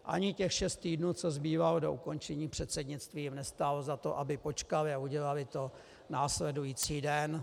Ani těch šest týdnů, co zbývalo do ukončení předsednictví, jim nestálo za to, aby počkali, a udělali to následující den.